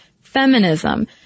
feminism